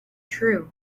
true